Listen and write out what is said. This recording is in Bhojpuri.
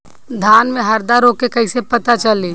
धान में हरदा रोग के कैसे पता चली?